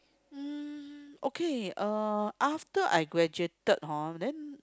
um okay uh after I graduated hor then